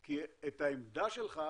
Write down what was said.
את העמדה שלך,